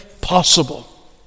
possible